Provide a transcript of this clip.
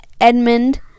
Edmund